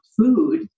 food